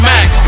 Max